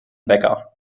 wecker